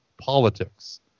politics